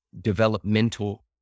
developmental